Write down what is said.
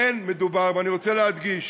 אין מדובר, ואני רוצה להדגיש